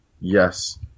Yes